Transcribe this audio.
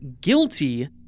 guilty